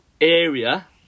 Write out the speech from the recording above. area